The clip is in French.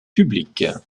publique